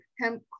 hemp